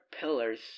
pillars